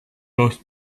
dass